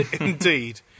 indeed